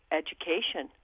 education